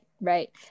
right